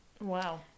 Wow